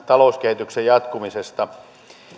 talouskehityksen jatkumisesta